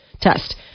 test